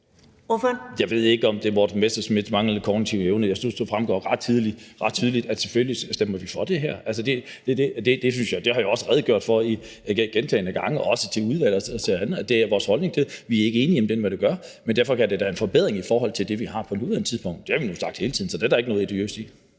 Jeg ved ikke, om hr. Morten Messerschmidt mangler lidt kognitive evner. Jeg synes, det fremgår ret tydeligt, at selvfølgelig stemmer vi for det her. Altså, det har jeg også redegjort for gentagne gange, også over for udvalget og andet, altså at det er vores holdning til det, men at vi ikke er enige i alt det, man gør. Men derfor er det da en forbedring i forhold til det, vi har på nuværende tidspunkt. Det har vi sagt hele tiden, så det er der ikke noget odiøst i.